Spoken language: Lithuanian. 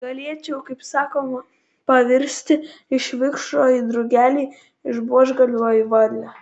galėčiau kaip sakoma pavirsti iš vikšro į drugelį iš buožgalvio į varlę